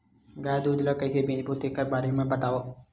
गाय दूध ल कइसे बेचबो तेखर बारे में बताओ?